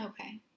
Okay